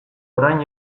orain